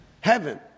heaven